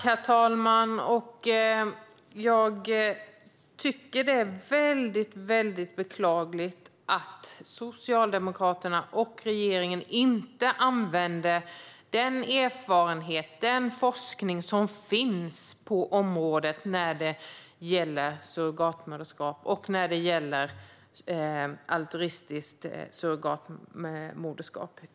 Herr talman! Jag tycker att det är beklagligt att Socialdemokraterna och regeringen inte använder den erfarenhet och den forskning som finns på området när det gäller surrogatmoderskap och altruistiskt surrogatmoderskap.